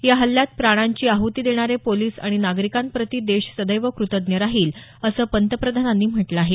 या हल्ल्यात प्राणांची आहृती देणारे पोलिस आणि नागरिकांप्रती देश सदैव कृतज्ञ राहील असं पंतप्रधानांनी म्हटलं आहे